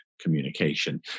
communication